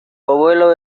abuelo